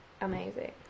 amazing